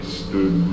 stood